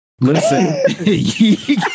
listen